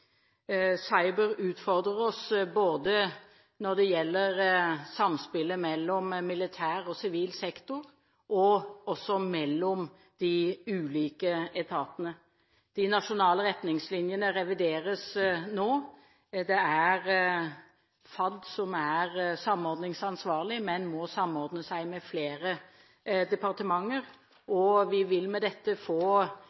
Cyber utfordrer oss både når det gjelder samspillet mellom militær og sivil sektor, og også mellom de ulike etatene. De nasjonale retningslinjene revideres nå. Det er Fornyings-, administrasjons- og kirkedepartementet som er samordningsansvarlig, men det må samordne seg med flere departementer.